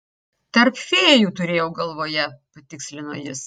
tarp fėjų turėjau galvoje patikslino jis